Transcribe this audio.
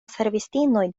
servistinoj